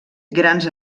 grans